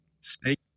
Snake